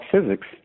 physics